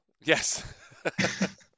Yes